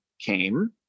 came